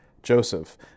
Joseph